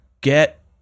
get